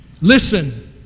Listen